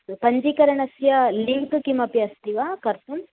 अस्तु पञ्जीकरणस्य लिङ्क् किमपि अस्ति वा कर्तुम्